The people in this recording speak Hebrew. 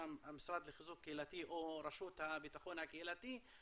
המשרד לחיזוק קהילתי או רשות הביטחון הקהילתי,